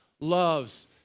loves